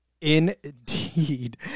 Indeed